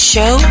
Show